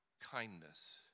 kindness